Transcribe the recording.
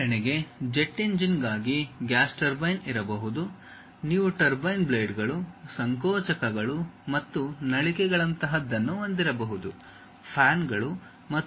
ಉದಾಹರಣೆಗೆ ಜೆಟ್ ಎಂಜಿನ್ಗಾಗಿ gas turbine ಇರಬಹುದು ನೀವು ಟರ್ಬೈನ್ ಬ್ಲೇಡ್ಗಳು ಸಂಕೋಚಕಗಳು ಮತ್ತು ನಳಿಕೆಗಳಂತಹದ್ದನ್ನು ಹೊಂದಿರಬಹುದು ಫ್ಯಾನ್ಗಳು ಮತ್ತು ಇತರ ರೀತಿಯ ವಸ್ತುಗಳು ಇವೆ